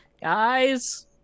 Guys